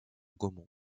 gaumont